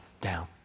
down